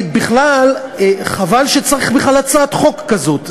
חבל שצריך בכלל הצעת חוק כזאת.